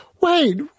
Wait